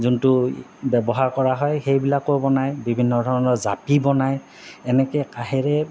যোনটো ব্যৱহাৰ কৰা হয় সেইবিলাকো বনায় বিভিন্ন ধৰণৰ জাপি বনায় এনেকে কাঁহেৰে